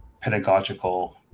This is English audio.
pedagogical